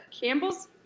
Campbell's